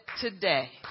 today